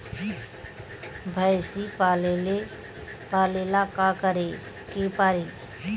भइसी पालेला का करे के पारी?